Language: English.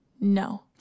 No